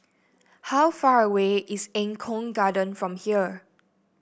how far away is Eng Kong Garden from here